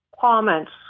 comments